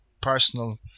personal